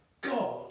God